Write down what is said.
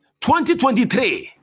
2023